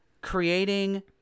creating